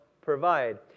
provide